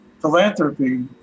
philanthropy